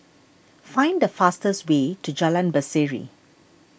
find the fastest way to Jalan Berseri